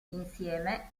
insieme